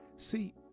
See